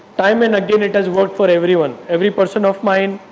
time and again it has worked for everyone, every person of mine,